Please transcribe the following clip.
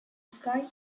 sky